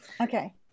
okay